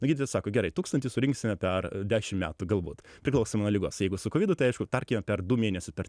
na gydytojas sako gerai tūkstantį surinksime per dešim metų galbūt priklausomai nuo ligos jeigu su kovidu tai aišku tarkime per du mėnesių per